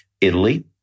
Italy